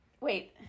Wait